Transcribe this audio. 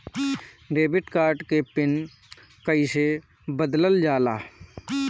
Debit card के PIN कईसे बदलल जाला?